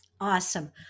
Awesome